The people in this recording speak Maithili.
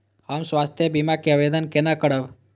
हम स्वास्थ्य बीमा के आवेदन केना करब?